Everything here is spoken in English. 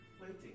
waiting